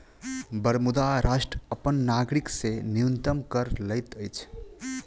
Bermuda राष्ट्र अपन नागरिक से न्यूनतम कर लैत अछि